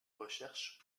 recherche